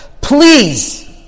Please